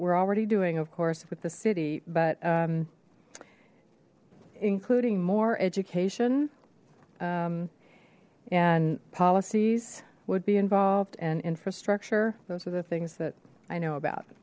we're already doing of course with the city but including more education and policies would be involved and infrastructure those are the things that i know about